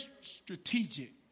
strategic